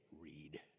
read